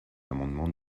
l’amendement